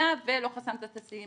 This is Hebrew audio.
היה ולא חסמת את הסים,